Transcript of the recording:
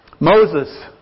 Moses